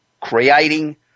creating